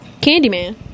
Candyman